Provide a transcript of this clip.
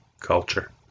culture